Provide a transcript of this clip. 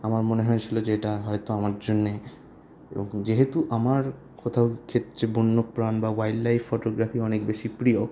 আমার মনে হয়েছিল যে এটা হয়তো আমার জন্যে এবং যেহেতু আমার কোথাও খেত যে বন্যপ্রাণ বা ওয়াইল্ডলাইফ ফটোগ্রাফি অনেক বেশি প্রিয়